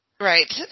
Right